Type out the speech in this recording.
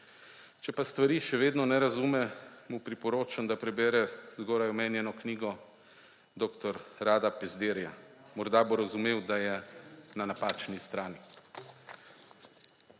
Če pa stvari še vedno ne razume, mu priporočam, da prebere zgoraj omenjeno knjigo dr. Rada Pezdirja. Morda bo razumel, da je na napačni strani.